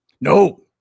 No